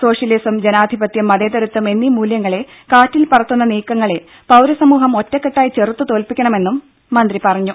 socialism ജനാധിപത്യം മതേതരത്വം എന്നീ മൂല്യങ്ങളെ കാറ്റിൽ പറത്തുന്ന നീക്കങ്ങളെ പൌരസമൂഹം ഒറ്റക്കെട്ടായി ചെറുത്തുതോൽപ്പിക്കണമെന്നും മന്ത്രി പറഞ്ഞു